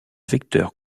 vecteurs